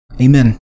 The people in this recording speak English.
Amen